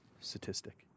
statistic